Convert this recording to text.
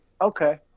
Okay